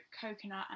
coconut